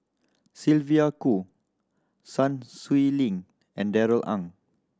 Sylvia Kho Sun Xueling and Darrell Ang